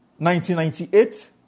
1998